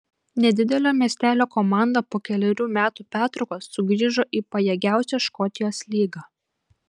nedidelio miestelio komanda po kelerių metų pertraukos sugrįžo į pajėgiausią škotijos lygą